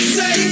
say